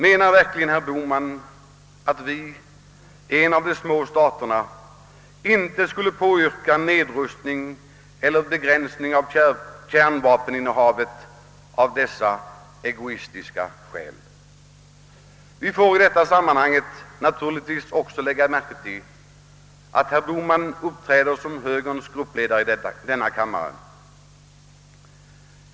Menar herr Bohman verkligen att vi, en av de små staterna, av dessa egoistiska skäl inte skulle påyrka nedrustning eller begränsning av kärnvapeninnehavet? Vi får i detta sammanhang naturligtvis också lägga märke till att herr Bohman uppträder som högerns gruppledare i denna kammare.